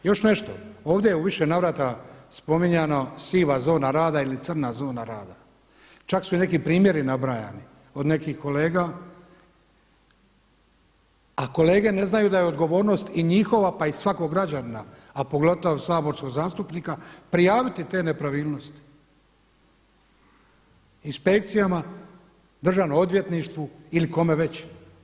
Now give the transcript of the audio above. Još nešto, ovdje je u više navrata spominjano siva zona rada ili crna zona rada, čak su i neki primjeri nabrajani od nekih kolega, a kolege ne znaju da je odgovornost i njihova pa i svakog građanina, a pogotovo saborskog zastupnika, prijaviti te nepravilnosti inspekcijama, Državnom odvjetništvu ili kome već.